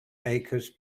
acres